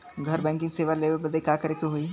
घर बैकिंग सेवा लेवे बदे का करे के होई?